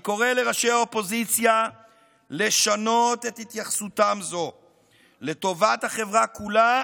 אני קורא לראשי האופוזיציה לשנות את התייחסותם זו לטובת החברה כולה